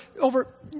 over